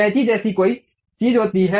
कैंची जैसी कोई चीज होती है